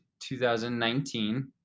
2019